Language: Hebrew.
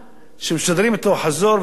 שמשדרים אותו חזור ושדר,